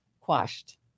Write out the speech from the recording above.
quashed